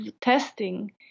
testing